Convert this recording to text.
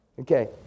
Okay